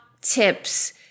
tips